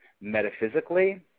metaphysically